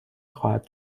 خواهد